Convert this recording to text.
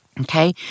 okay